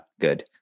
good